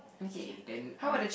K then on